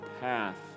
path